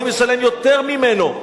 אני משלם יותר ממנו,